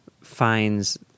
finds